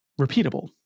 repeatable